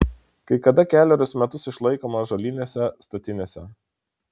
kai kada kelerius metus išlaikoma ąžuolinėse statinėse